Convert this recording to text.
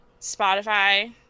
Spotify